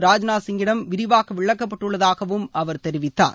ராஜ்நாத் சிங்கிடம் விரிவாக விளக்கப்பட்டுள்ளதாகவும் அவர் தெரிவித்தார்